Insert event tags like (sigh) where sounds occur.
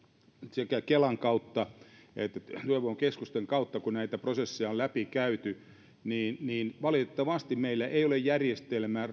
sekä kelan että työvoimakeskusten kautta kun näitä prosesseja on läpi käyty niin niin valitettavasti meillä ei ole järjestelmää (unintelligible)